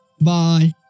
bye